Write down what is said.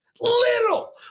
Little